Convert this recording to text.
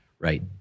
right